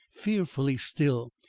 fearfully still,